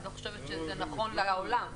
אני לא חושבת שזה נכון לעולם.